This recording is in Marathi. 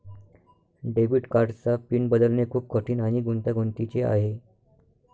डेबिट कार्डचा पिन बदलणे खूप कठीण आणि गुंतागुंतीचे आहे